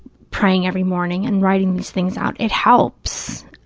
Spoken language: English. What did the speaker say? praying every morning and writing these things out, it helps,